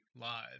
live